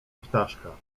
ptaszka